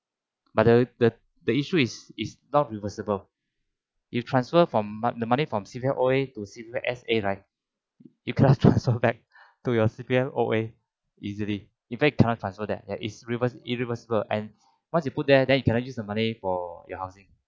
but the the the issue is is not reversible if transfer from mo~ the money from C_P_F O_A to C_P_F S_A right you cannot transfer back to your C_P_F O_A easily you very cannot transfer that ya it's rever~ irreversible and once you put there then you cannot use the money for your housing